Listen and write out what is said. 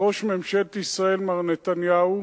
ראש ממשלת ישראל מר נתניהו